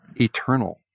eternal